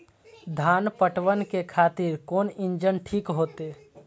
धान पटवन के खातिर कोन इंजन ठीक होते?